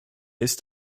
ist